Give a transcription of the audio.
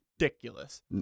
ridiculous